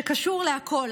שקשורה להכול,